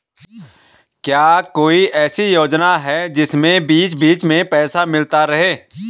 क्या कोई ऐसी योजना है जिसमें बीच बीच में पैसा मिलता रहे?